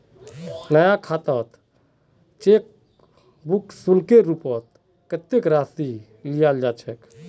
नया खातात cheque book शुल्केर रूपत कत्ते राशि लियाल जा छेक